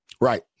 Right